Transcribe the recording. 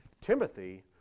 Timothy